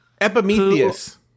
Epimetheus